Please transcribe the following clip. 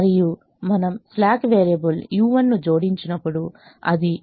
మరియు మనము slack variable u1 ను జోడించినప్పుడు అది X1 2X2 u1 7